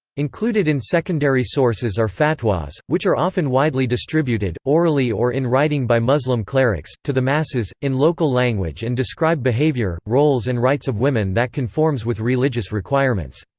included in secondary sources are fatwas, which are often widely distributed, orally or in writing by muslim clerics, to the masses, in local language and describe behavior, roles and rights of women that conforms with religious requirements.